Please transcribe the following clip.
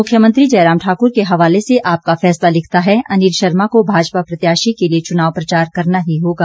मुख्यमंत्री जयराम ठाकुर के हवाले से आपका फैसला लिखता है अनिल शर्मा को भाजपा प्रत्याशी के लिए चुनाव प्रचार करना ही होगा